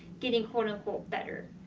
getting sort of but better.